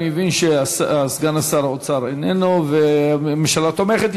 אני מבין שסגן שר האוצר איננו והממשלה תומכת.